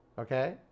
okay